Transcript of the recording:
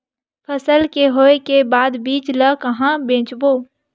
फसल के होय के बाद बीज ला कहां बेचबो?